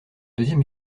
deuxième